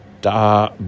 Da